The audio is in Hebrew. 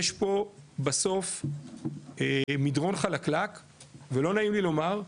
יש פה בסוף מדרון חלקלק ולא נעים לי לומר,